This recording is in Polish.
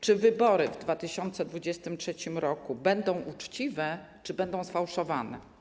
Czy wybory w 2023 r. będą uczciwe, czy będą fałszowane?